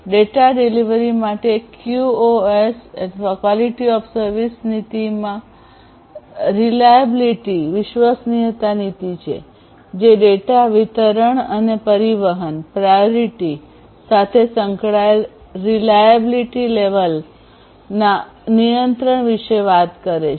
data delivery માટે QOS નીતિઓમાં reliability વિશ્વસનીયતા નીતિ છે જે ડેટા વિતરણ અને પરિવહન પ્રાયોરીટી અગ્રતા સાથે સંકળાયેલ રીલાયેબીલિટી લેવલ વિશ્વસનીયતા સ્તર ના નિયંત્રણ વિશે વાત કરે છે